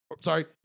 Sorry